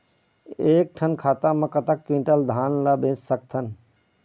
एक ठन खाता मा कतक क्विंटल धान ला बेच सकथन?